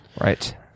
Right